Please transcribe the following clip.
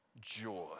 joy